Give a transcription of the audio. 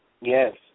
Yes